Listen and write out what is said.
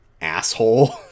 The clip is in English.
asshole